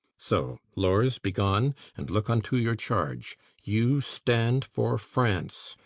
so, lors, be gone, and look unto your charge you stand for france,